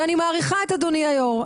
ואני מעריכה את אדוני היו"ר.